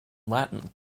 latin